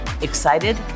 excited